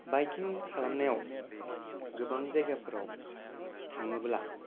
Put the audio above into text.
बाइकिं खालामनायाव गोबां जायगाफोराव थाङोब्ला